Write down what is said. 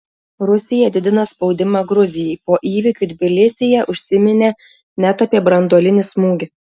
rusija didina spaudimą gruzijai po įvykių tbilisyje užsiminė net apie branduolinį smūgį